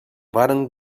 van